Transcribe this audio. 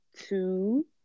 Two